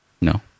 No